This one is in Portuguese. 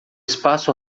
espaço